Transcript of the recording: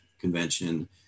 Convention